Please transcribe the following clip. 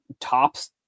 tops